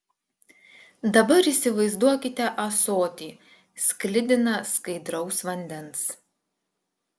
dabar įsivaizduokite ąsotį sklidiną skaidraus vandens